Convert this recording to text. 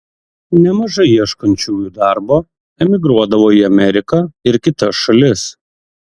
nemažai ieškančiųjų darbo emigruodavo į ameriką ir kitas šalis